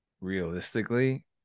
realistically